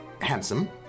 handsome